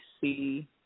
see